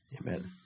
Amen